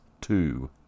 Two